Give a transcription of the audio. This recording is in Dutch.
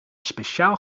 speciaal